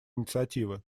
инициативы